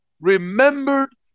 remembered